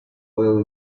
oil